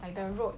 and the road